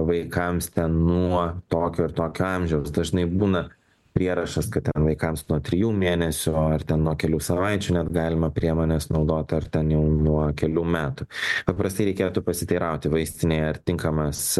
vaikams nuo tokio ir tokio amžiaus dažnai būna prierašas kad vaikams nuo trijų mėnesių ar ten nuo kelių savaičių net galima priemones naudoti ar ten jau nuo kelių metų paprastai reikėtų pasiteirauti vaistinėje ar tinkamas